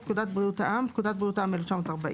"פקודת בריאות העם" פקודת בריאות העם 1940,